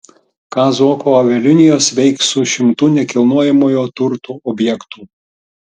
ką zuoko avialinijos veiks su šimtu nekilnojamojo turto objektų